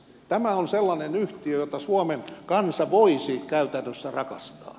tämä on sellainen yhtiö jota suomen kansa voisi käytännössä rakastaa